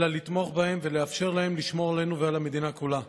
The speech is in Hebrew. אלא לתמוך בהם ולאפשר להם לשמור עלינו ועל המדינה כולה.